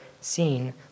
seen